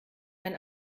ein